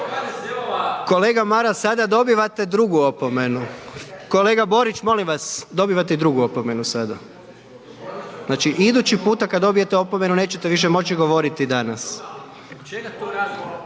Kolega Maras, sada dobivate drugu opomenu. Kolega Borić, molim vas, dobivate i drugu opomenu sada. Znači idući puta kada dobijete opomenu, nećete više moći govoriti danas. …/Upadica